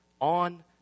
on